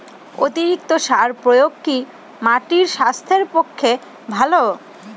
অতিরিক্ত সার প্রয়োগ কি মাটির স্বাস্থ্যের পক্ষে ভালো?